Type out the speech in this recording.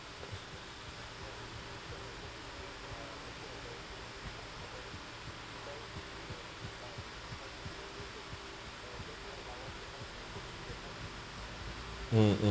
mm mm